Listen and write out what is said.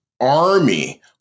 army